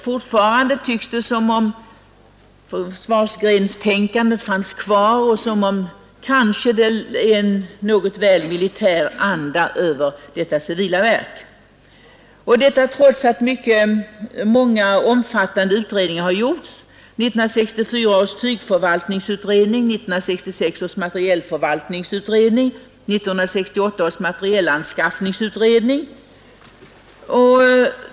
Fortfarande tycks det dock som om försvarsgrenstänkandet fanns kvar och som om det vilade en väl militär anda över detta civila verk, detta trots att många och omfattande utredningar har gjorts: 1964 års tygförvaltningsutredning, 1966 års materielförvaltningsutredning och 1968 års materielanskaffningsutredning.